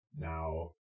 Now